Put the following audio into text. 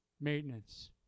Maintenance